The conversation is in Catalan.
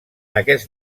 aquest